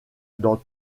dans